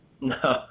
No